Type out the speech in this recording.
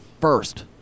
first